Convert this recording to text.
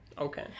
Okay